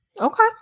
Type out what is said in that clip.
Okay